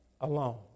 alone